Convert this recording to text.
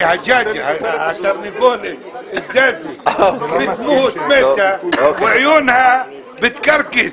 התרנגולת מתה ועיניה מתגלגלות.